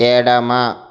ఎడమ